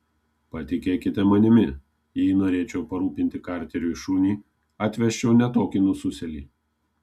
patikėkite manimi jei norėčiau parūpinti karteriui šunį atvesčiau ne tokį nususėlį